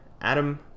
adam